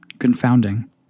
confounding